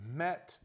met